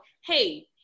hey